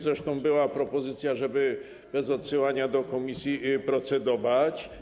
Zresztą była propozycja, żeby bez odsyłania do komisji procedować.